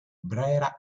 brera